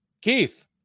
Keith